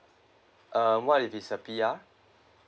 uh what if he is a P_R